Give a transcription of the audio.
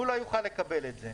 הוא לא יוכל לקבל את זה.